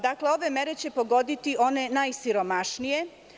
Dakle, ove mere će pogoditi one najsiromašnije.